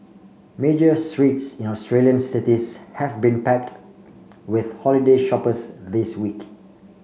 major streets in Australian cities have been packed with holiday shoppers this week